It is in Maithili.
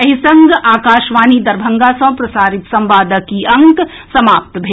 एहि संग आकाशवाणी दरभंगा सँ प्रसारित संवादक ई अंक समाप्त भेल